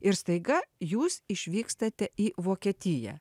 ir staiga jūs išvykstate į vokietiją